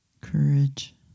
courage